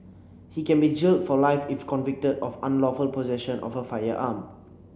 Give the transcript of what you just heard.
he can be jailed for life if convicted of unlawful possession of a firearm